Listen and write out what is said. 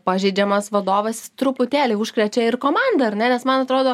pažeidžiamas vadovas jis truputėlį užkrečia ir komandą ar ne nes man atrodo